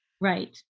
Right